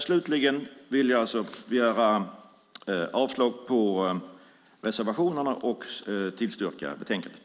Slutligen vill jag yrka avslag på reservationerna och bifall till förslaget i betänkandet.